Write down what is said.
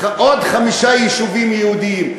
עוד חמישה יישובים יהודיים?